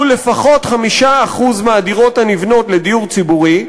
לפחות 5% מהדירות הנבנות לדיור ציבורי,